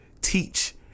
teach